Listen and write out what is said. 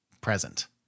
present